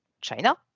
China